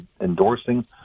endorsing